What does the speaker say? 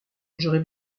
j’aurai